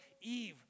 Eve